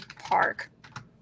Park